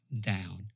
down